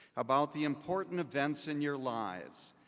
about the important events in your lives,